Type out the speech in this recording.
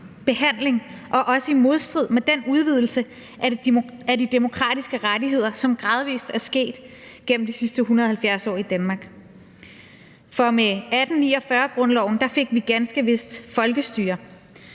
behandling og også i modstrid med den udvidelse af de demokratiske rettigheder, som gradvis er sket gennem de sidste 170 år i Danmark. Med 1849-grundloven fik vi ganske vist folkestyre,